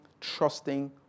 trusting